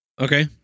Okay